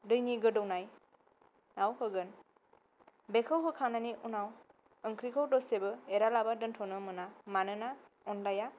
दैनि गोदौनाय आव होगोन बेखौ होखांनायनि उनाव ओंख्रिखौ दसेबो जालांबाय दोननो मोना मानोना अनलाया